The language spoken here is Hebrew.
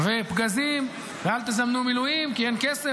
ופגזים ואל תזמנו מילואים כי אין כסף.